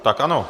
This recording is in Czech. Tak ano.